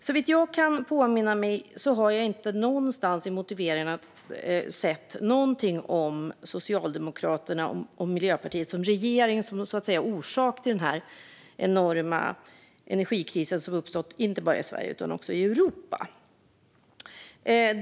Såvitt jag kan påminna mig har jag inte någonstans i motiveringarna sett någonting om Socialdemokraternas och Miljöpartiets regering som orsaken till den enorma energikris som uppstått inte bara i Sverige utan i hela Europa.